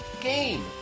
game